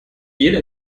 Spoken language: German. jeder